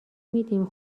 میدیم